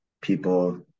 people